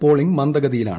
polling മന്ദഗതിയിലാണ്